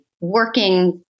working